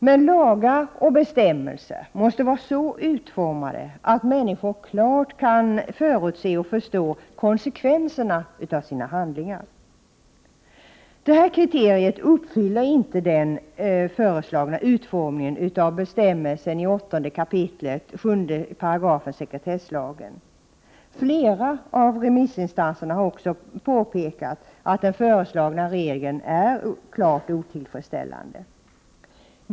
Men lagar och bestämmelser måste vara så utformade att människor klart kan förutse och förstå konsekvenserna av sina handlingar. Detta kriterium uppfyller inte den föreslagna utformningen av bestämmelsen i 8 kap. 7 § sekretesslagen. Flera remissinstanser har också påpekat att den föreslagna regeln är klart otillfredsställande.